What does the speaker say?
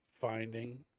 finding